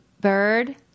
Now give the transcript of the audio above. Bird